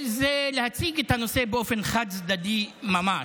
זה להציג את הנושא באופן חד-צדדי ממש,